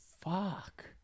Fuck